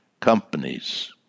companies